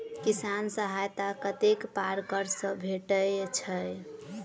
किसान सहायता कतेक पारकर सऽ भेटय छै?